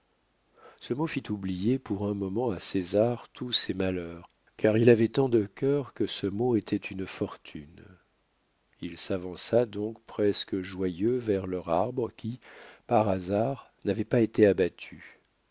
ce mot fit oublier pour un moment à césar tous ses malheurs car il avait tant de cœur que ce mot était une fortune il s'avança donc presque joyeux vers leur arbre qui par hasard n'avait pas été abattu